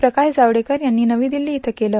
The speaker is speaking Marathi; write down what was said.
प्रकाश जावडेकर यांनी आज नवी दिल्ती इथं केलं